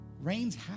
Rains